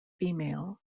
female